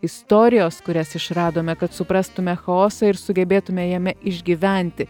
istorijos kurias išradome kad suprastume chaosą ir sugebėtume jame išgyventi